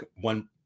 one